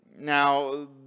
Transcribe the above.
Now